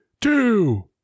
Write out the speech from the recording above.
two